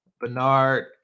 bernard